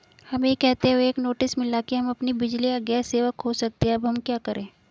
हमें यह कहते हुए एक नोटिस मिला कि हम अपनी बिजली या गैस सेवा खो सकते हैं अब हम क्या करें?